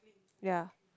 ya